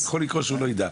יכול לקרות שהוא לא יידע.